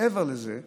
מעבר לזה,